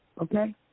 Okay